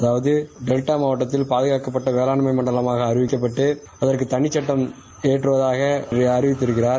அதாவது டெல்டா மாவட்டம் பாதுகாக்கப்பட்ட வேளாண் மண்டலமாக அறிவிக்கப்பட்டு அதற்கு தளிச்சுட்டம் இயற்றுவதாக அறிவித்திருக்கிறார்